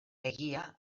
egia